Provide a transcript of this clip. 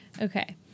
Okay